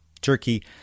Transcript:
Turkey